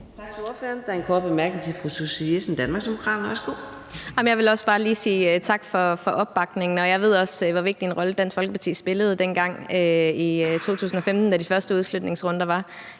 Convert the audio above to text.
Tak til ordføreren. Der er en kort bemærkning til fru Susie Jessen, Danmarksdemokraterne. Værsgo. Kl. 15:20 Susie Jessen (DD): Jeg ville også bare lige sige tak for opbakningen. Jeg ved, hvor vigtig en rolle Dansk Folkeparti spillede dengang i 2015, da der var de første udflytningsrunder.